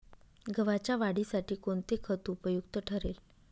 गव्हाच्या वाढीसाठी कोणते खत उपयुक्त ठरेल?